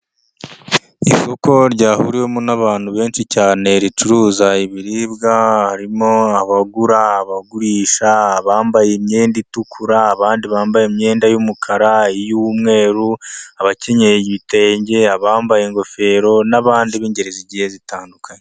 Isoko ryahuriwemo n'abantu benshi cyane ricuruza ibiribwa, harimo abagura, abagurisha bambaye imyenda itukura, abandi bambaye imyenda y'umukara, iy'umweru, abakenye ibitenge, abambaye ingofero n'abandi b'ingeri z'igiye zitandukanye.